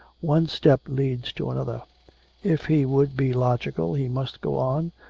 one step leads to another if he would be logical he must go on,